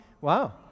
Wow